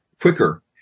quicker